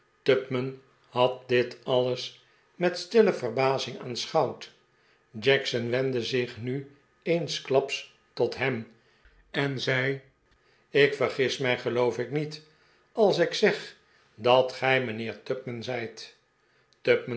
tupman had dit alles met stille verbazing aanschouwd jackson wendde zich nu eensklaps tot hem en zei ik vergis mij geloof ik niet als ik zeg dat gij mijnheer tupman zijt